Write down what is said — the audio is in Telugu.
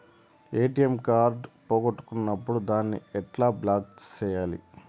ఎ.టి.ఎం కార్డు పోగొట్టుకున్నప్పుడు దాన్ని ఎట్లా బ్లాక్ సేయాలి